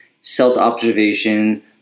self-observation